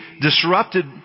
disrupted